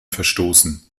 verstoßen